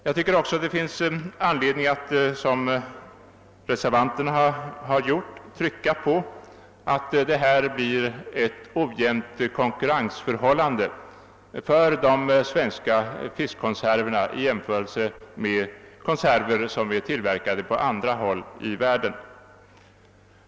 Det finns också anledning att, som reservanterna har gjort, framhålla att det blir ett ojämnt konkurrensförhålxande för de svenska fiskkonserverna i jämförelse med konserver tillverkade på annat håll i världen.